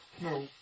No